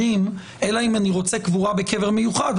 אלא אם אני רוצה קבורה בקבר מיוחד.